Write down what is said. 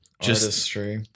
artistry